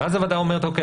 ואז הוועדה אומרת: אוקי,